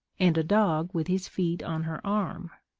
and a dog with his feet on her arm.